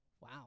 Wow